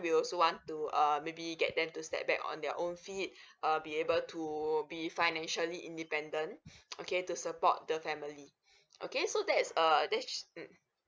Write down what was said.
we also want to err maybe get them to step back on their own feet uh be able to be financially independent okay to support the family okay so that's err that's mm